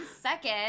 second